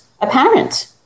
Apparent